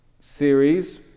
series